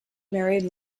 married